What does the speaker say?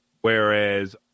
whereas